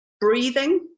Breathing